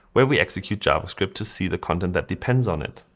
where we execute javascript to see the content that depends on it.